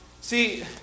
See